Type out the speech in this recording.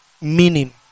meaning